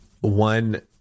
one